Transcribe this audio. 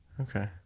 Okay